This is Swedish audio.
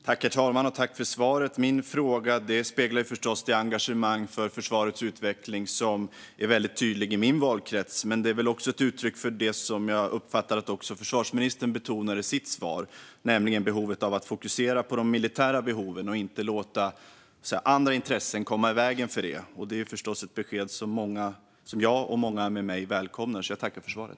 Herr talman! Tack för svaret! Min fråga speglar förstås det engagemang för försvarets utveckling som är väldigt tydligt i min valkrets. Det är nog också ett uttryck för det som jag uppfattar att försvarsministern betonar i sitt svar, nämligen behovet av att fokusera på de militära behoven och inte låta andra intressen komma i vägen för dem. Det är förstås ett besked som jag och många med mig välkomnar. Jag tackar därför för svaret.